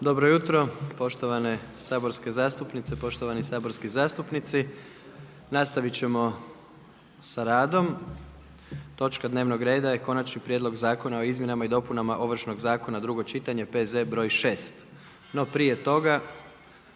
Dobro jutro poštovane saborske zastupnice, poštovani saborski zastupnici. Nastaviti ćemo sa radom. Točka dnevnog reda je: Konačni prijedlog Zakona o izmjenama i dopunama ovršnog zakona, drugo čitanje P.Z. br. 6. No prije toga